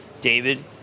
David